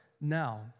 now